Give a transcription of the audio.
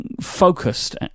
focused